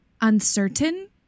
uncertain